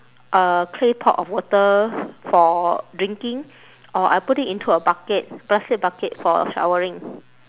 a clay pot of water for drinking or I put it into a bucket plastic bucket for showering